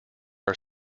are